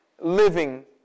living